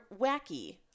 wacky